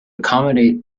accommodate